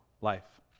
life